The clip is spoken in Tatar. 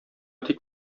тик